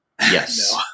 Yes